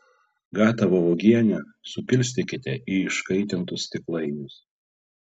gatavą uogienę supilstykite į iškaitintus stiklainius